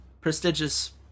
prestigious